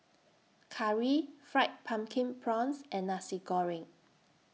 Curry Fried Pumpkin Prawns and Nasi Goreng